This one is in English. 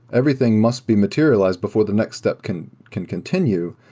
everything must be materialized before the next step can can continue.